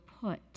put